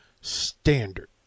standard